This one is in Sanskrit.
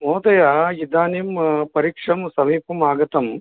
महोदयः इदानीं परीक्षं समीपम् आगतं